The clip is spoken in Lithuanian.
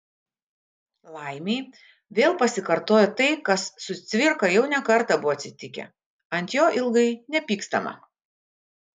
laimei vėl pasikartojo tai kas su cvirka jau ne kartą buvo atsitikę ant jo ilgai nepykstama